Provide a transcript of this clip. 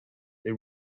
they